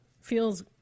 feels